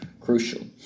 crucial